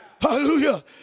Hallelujah